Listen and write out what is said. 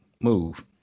Move